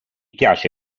piace